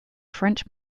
french